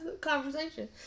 conversation